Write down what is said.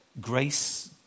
Grace